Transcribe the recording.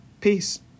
Peace